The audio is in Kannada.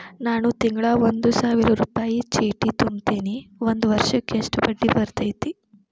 ನಾನು ತಿಂಗಳಾ ಒಂದು ಸಾವಿರ ರೂಪಾಯಿ ಚೇಟಿ ತುಂಬತೇನಿ ಒಂದ್ ವರ್ಷಕ್ ಎಷ್ಟ ಬಡ್ಡಿ ಬರತೈತಿ?